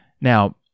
Now